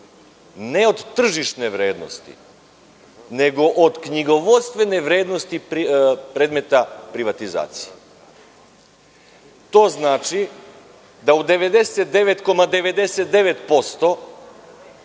ne od tržišne vrednosti, nego od knjigovodstvene vrednosti predmeta privatizacije. To znači da je u 99,99%